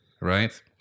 right